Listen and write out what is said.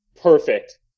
Perfect